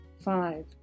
Five